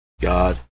God